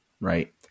right